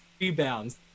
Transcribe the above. rebounds